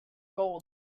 gold